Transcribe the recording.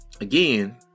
Again